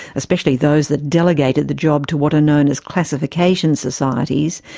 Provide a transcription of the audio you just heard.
especially those that delegated the job to what are known as classification societies,